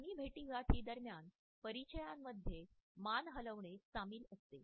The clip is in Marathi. चीनी भेटीगाठी दरम्यान परिचयांमध्ये मान हलवणे सामील असते